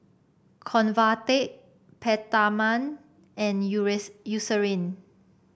Convatec Peptamen and Eucerin